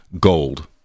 gold